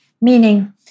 Meaning